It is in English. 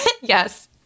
yes